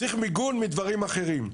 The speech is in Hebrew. צריכים מיגון מדברים אחרים.